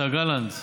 השר גלנט,